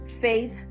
faith